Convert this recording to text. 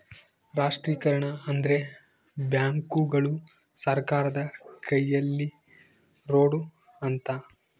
ರಾಷ್ಟ್ರೀಕರಣ ಅಂದ್ರೆ ಬ್ಯಾಂಕುಗಳು ಸರ್ಕಾರದ ಕೈಯಲ್ಲಿರೋಡು ಅಂತ